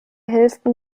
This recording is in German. hälften